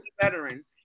veteran